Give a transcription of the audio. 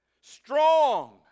strong